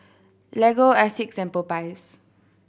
Lego Asics Popeyes